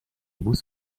بوس